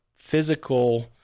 physical